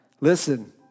Listen